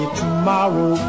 tomorrow